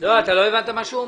אתה לא הבנת מה הוא אומר.